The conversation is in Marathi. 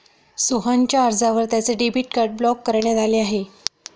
सोहनच्या अर्जावर त्याचे डेबिट कार्ड ब्लॉक करण्यात आले आहे